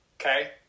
Okay